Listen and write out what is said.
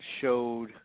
showed